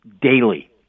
daily